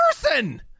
person